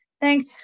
Thanks